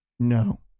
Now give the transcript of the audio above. No